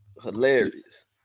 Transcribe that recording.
hilarious